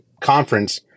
conference